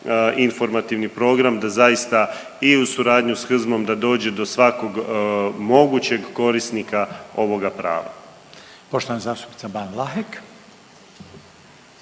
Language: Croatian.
informativni program, da zaista i u suradnji s HZMO-om da dođe do svakog mogućeg korisnika ovoga prava.